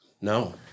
No